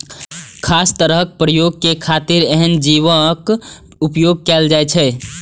खास तरहक प्रयोग के खातिर एहन जीवक उपोयग कैल जाइ छै